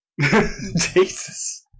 jesus